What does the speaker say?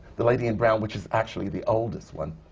the lady in brown, which is actually the oldest one,